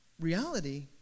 reality